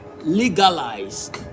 legalized